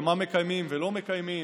ומה מקיימים ולא מקיימים,